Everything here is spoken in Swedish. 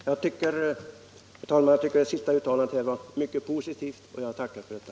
Herr talman! Jag tycker att det sista uttalandet var mycket positivt. Jag tackar för detta.